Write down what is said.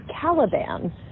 Caliban